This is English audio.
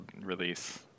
release